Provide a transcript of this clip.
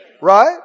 right